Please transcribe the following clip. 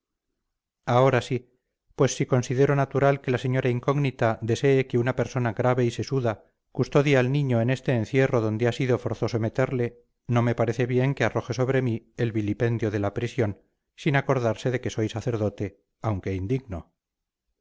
ahora sí pues si considero natural que la señora incógnita desee que una persona grave y sesuda custodie al niño en este encierro donde ha sido forzoso meterle no me parece bien que arroje sobre mí el vilipendio de la prisión sin acordarse de que soy sacerdote aunque indigno